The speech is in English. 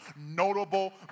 notable